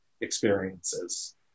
experiences